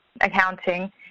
accounting